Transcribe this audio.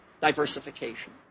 diversification